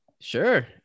sure